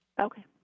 Okay